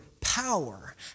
power